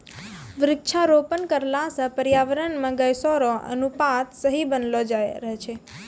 वृक्षारोपण करला से पर्यावरण मे गैसो रो अनुपात सही बनलो रहै छै